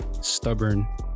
stubborn